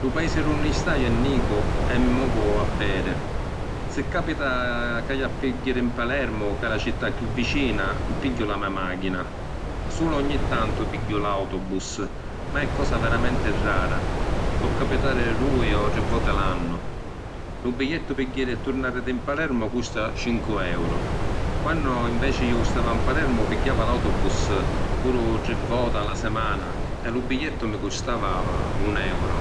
Lu paisi d’unni staju è nicu e mi movu a pedi. Si’ capita chi haiu a jiri ‘n Palermu, ca è la cità chiù vicina, pigghiu la me’ màchina. Sulu ogni tantu pigghiu l’autobus, ma è cosa veramenti rara, po’ capitari dui o tri voti l’annu. Lu bigliettu pi jiri e turnari di ‘n Palermu, custa cincu euru. Quannu inveci iu stava ‘n Palermu, pigghiava l’autobus puru tri voti a la simana e lu bigliettu mi custava un euru.